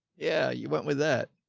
yeah. you went with that.